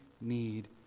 need